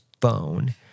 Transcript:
phone